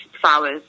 flowers